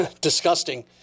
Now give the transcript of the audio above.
disgusting